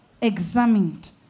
Examined